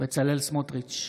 בצלאל סמוטריץ'